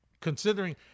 considering